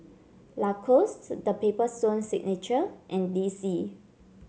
Lacoste The Paper Stone Signature and D C